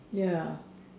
ya